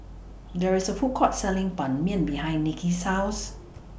There IS A Food Court Selling Ban Mian behind Niki's House